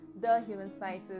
thehumanspices